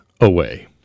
away